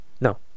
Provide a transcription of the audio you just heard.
no